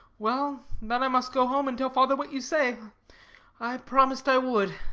well, then i must go home and tell father what you say i promised i would